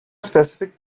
specific